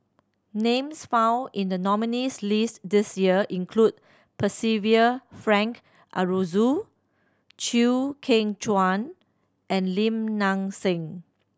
names found in the nominees' list this year include Percival Frank Aroozoo Chew Kheng Chuan and Lim Nang Seng